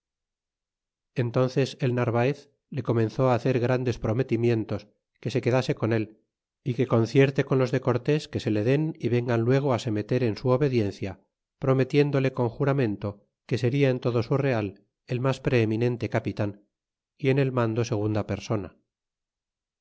entónces el narvaez le comenzó hacer grandes prometimientos que se quedase con él y que concierte con los de cortés que se le den y vengan luego se meter en su obediencia prometiéndole con juramento que seria en todo su real el mas preeminente capi tan y en el mando segunda persona